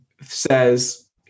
says